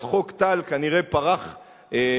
אז חוק טל כנראה פרח מזיכרונה.